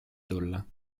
tulla